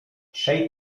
trzej